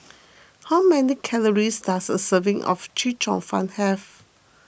how many calories does a serving of Chee Cheong Fun have